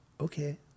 Okay